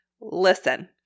Listen